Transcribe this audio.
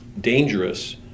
dangerous